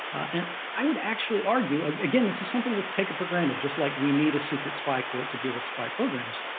and i would actually argue, again, this is something that's taken for granted, just like we need a secret spy court to deal with spy programs.